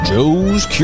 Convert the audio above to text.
Joe's